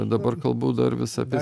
dabar kalbu dar vis apie